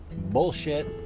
bullshit